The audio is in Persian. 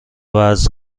وزن